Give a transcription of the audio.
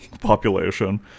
population